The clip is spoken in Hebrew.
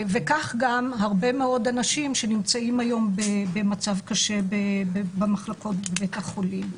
וכך גם הרבה מאוד אנשים שנמצאים היום במצב קשה במחלקות בבתי החולים.